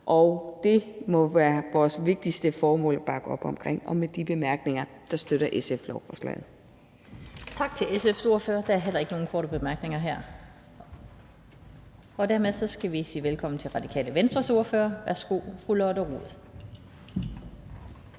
og det må være vores vigtigste formål at bakke op omkring, og med de bemærkninger støtter SF lovforslaget.